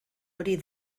hori